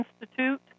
Institute